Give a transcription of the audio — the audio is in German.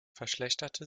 verschlechterte